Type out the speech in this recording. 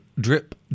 drip